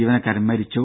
ജീവനക്കാരൻ മരിച്ചു